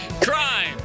Crime